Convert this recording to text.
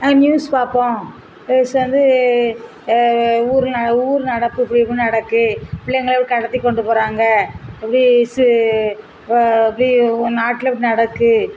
ஆ news பார்ப்போம் news வந்து ஊரில் ந ஊர் நடப்பு இப்படி இப்படி நடக்கு பிள்ளைங்கள கடத்தி கொண்டு போகிறாங்க அப்படி சு இப்படி ஒரு நாட்டில் இப்படி நடக்குது